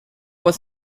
was